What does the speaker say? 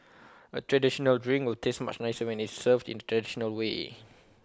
A traditional drink will taste much nicer when IT is served in the traditional way